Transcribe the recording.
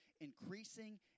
increasing